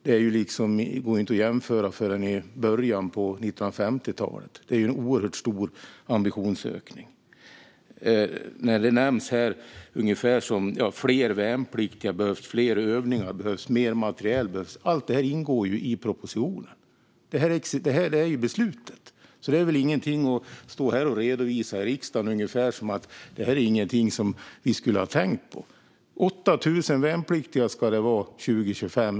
Det går inte att jämföra med någon annan nivåhöjning än den i början av 1950-talet. Det är en oerhört stor ambitionsökning. Det nämns här att det behövs fler värnpliktiga, fler övningar och mer materiel. Allt detta ingår ju i propositionen. Det är beslutat, så det är väl ingenting att stå här och redovisa i riksdagen ungefär som att det är något som vi inte skulle ha tänkt på. Det ska vara 8 000 värnpliktiga 2025.